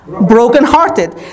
brokenhearted